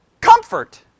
Comfort